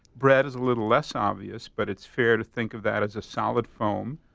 bread is a little less obvious, but it's fair to think of that as a solid foam.